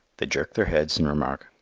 they jerk their heads and remark,